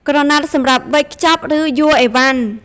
ក្រណាត់សម្រាប់វេចខ្ចប់ ឬ យួរអីវ៉ាន់ ។